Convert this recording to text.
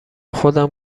خودم